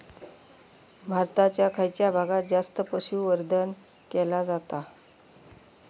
भारताच्या खयच्या भागात जास्त पशुसंवर्धन केला जाता?